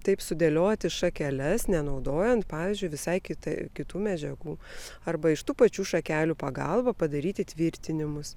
taip sudėlioti šakeles nenaudojant pavyzdžiui visai kitai kitų medžiagų arba iš tų pačių šakelių pagalba padaryti tvirtinimus